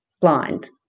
blind